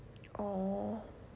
orh